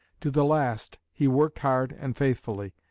to the last he worked hard and faithfully,